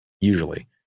usually